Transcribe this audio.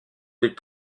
des